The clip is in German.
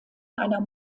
einer